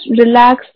relax